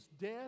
death